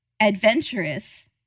adventurous